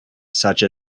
such